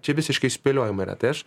čia visiškai spėliojimai yra tai aš